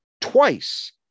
twice